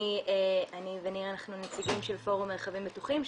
אני וניר נציגים של פורום מרחבים בטוחים,